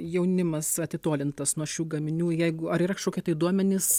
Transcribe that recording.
jaunimas atitolintas nuo šių gaminių jeigu ar yra kažkokie tai duomenys